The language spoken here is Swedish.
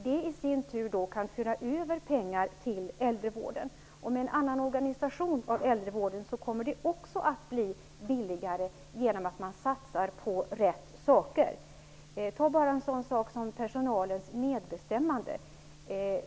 Det i sin tur kan föra över pengar till äldrevården, och med en annan organisation av äldrevården kommer det också att bli billigare genom att man satsar på rätt saker. Ta bara en sådan sak som personalens medbestämmande.